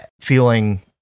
feeling